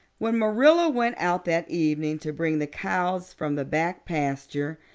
when marilla went out that evening to bring the cows from the back pasture,